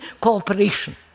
cooperation